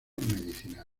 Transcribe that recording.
medicinales